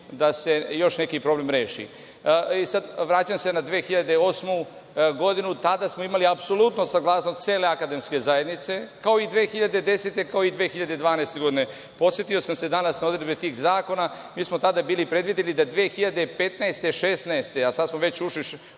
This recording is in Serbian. da se još neki problem reši. Sad se vraćam na 2008. godinu, tada smo imali apsolutno saglasnost cele akademske zajednice, kao i 2010. kao i 2012. godine. Podsetio sam se danas na odredbe tih zakona, mi smo tada bili predvideli da 2015, 2016.